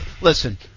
Listen